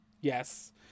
Yes